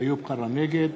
נגד